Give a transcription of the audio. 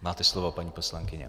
Máte slovo, paní poslankyně.